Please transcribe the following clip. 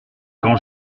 quand